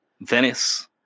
Venice